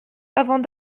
avant